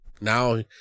Now